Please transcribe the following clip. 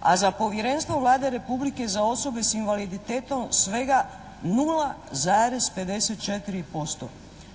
a za Povjerenstvo Vlade Republike za osobe s invaliditetom svega 0,54%.